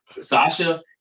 Sasha